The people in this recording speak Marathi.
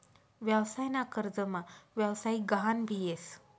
व्यवसाय ना कर्जमा व्यवसायिक गहान भी येस